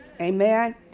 Amen